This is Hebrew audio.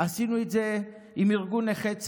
עשינו את זה עם ארגון נכי צה"ל,